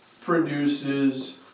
produces